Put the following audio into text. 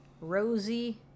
rosie